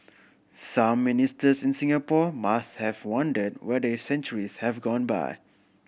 some Ministers in Singapore must have wondered whether centuries have gone by